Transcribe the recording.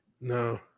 No